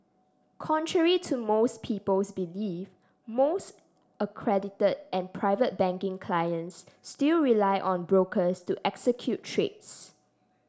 contrary to most people's belief most accredited and Private Banking clients still rely on brokers to execute trades